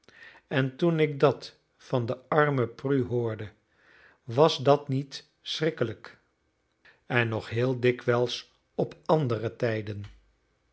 en toen ik dat van de arme prue hoorde was dat niet schrikkelijk en nog heel dikwijls op andere tijden